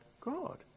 God